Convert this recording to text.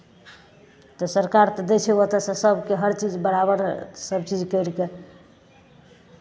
तऽ सरकार तऽ दै छै ओतयसँ सभके हरचीज बराबर सभचीज करि कऽ